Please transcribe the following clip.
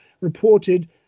reported